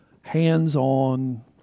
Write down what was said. hands-on